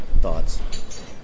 thoughts